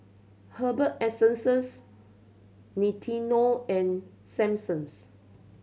Herbal Essences Nintendo and